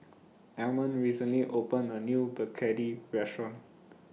Almond recently opened A New Begedil Restaurant